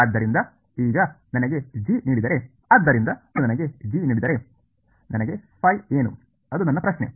ಆದ್ದರಿಂದ ಈಗ ನನಗೆ g ನೀಡಿದರೆ ಆದ್ದರಿಂದ ಈಗ ನನಗೆ g ನೀಡಿದರೆ ನನಗೆ ಏನು ಅದು ನನ್ನ ಪ್ರಶ್ನೆ